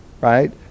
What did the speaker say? right